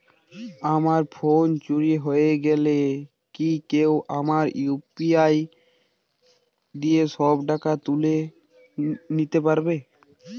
আমার ফোন চুরি হয়ে গেলে কি কেউ আমার ইউ.পি.আই দিয়ে সব টাকা তুলে নিতে পারবে?